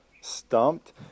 stumped